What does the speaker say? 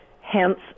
hence